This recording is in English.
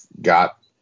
got